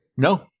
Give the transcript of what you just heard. No